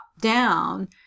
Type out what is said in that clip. down